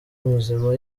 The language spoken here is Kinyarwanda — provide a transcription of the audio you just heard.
muzima